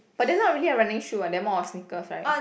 but they are not really a running shoe [what] they are more of sneakers right